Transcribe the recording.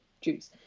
juice